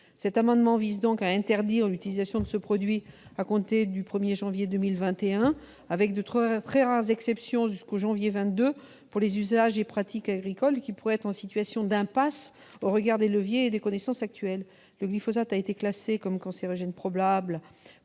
Cet amendement vise donc à interdire l'utilisation de ce produit à compter du 1 janvier 2021, avec de très rares dérogations jusqu'au 1 janvier 2022 pour les usages et les pratiques agricoles qui, sans ce produit, pourraient être en situation d'impasse au regard des leviers d'action et des connaissances actuels. Le glyphosate a été classé comme cancérogène probable